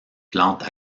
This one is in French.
plantes